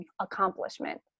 accomplishment